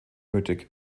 nötig